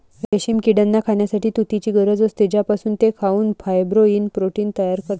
रेशीम किड्यांना खाण्यासाठी तुतीची गरज असते, ज्यापासून ते खाऊन फायब्रोइन प्रोटीन तयार करतात